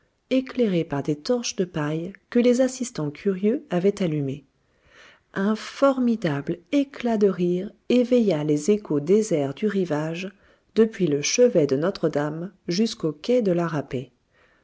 éclairé par des torches de paille que les assistants curieux avaient allumées un formidable éclat de rire éveilla les échos déserts du rivage depuis le chevet de notre dame jusqu'au quai de la râpée